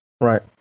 Right